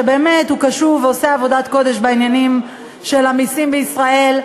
שהוא באמת קשוב ועושה עבודת קודש בעניינים של המסים בישראל,